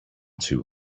too